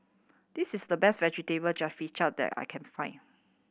this is the best Vegetable Jalfrezi that I can find